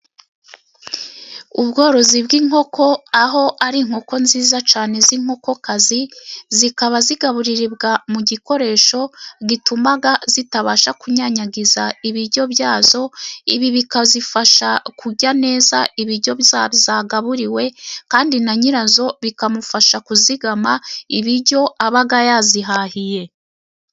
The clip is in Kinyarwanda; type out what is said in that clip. Ubworozi bw'inkoko, aho ari inkoko nziza cyane z'inkokokazi, zikaba zigaburirwa mu gikoresho gituma zitabasha kunyanyagiza ibiryo byazo. Ibi bikazifasha kurya neza ibiryo zagaburiwe, kandi na nyirazo bikamufasha kuzigama ibiryo aba yazihahiye.